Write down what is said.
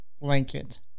blanket